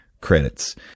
credits